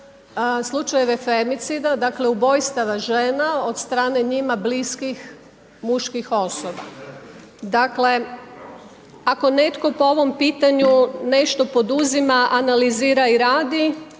slučajeve femicida, dakle ubojstva žena od strane njima bliskih muških osoba. Dakle, ako netko po ovom pitanju nešto poduzima, analizira i radi,